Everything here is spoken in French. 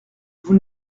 vous